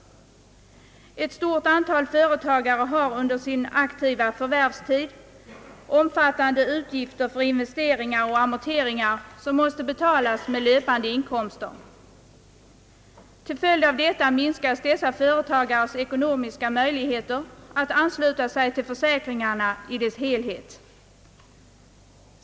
Ett stort antal företägare har under sin aktiva förvärvstid stora utgifter för investeringar och amorteringar som måste betalas med löpande inkomster. Till följd av detta minskas dessa företagares ekonomiska möjligheter att ansluta sig till försäkringarna i deras helhet.